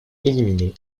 éliminée